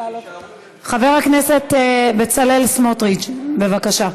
חבר הכנסת בצלאל סמוטריץ, בבקשה,